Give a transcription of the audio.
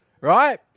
right